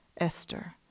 Esther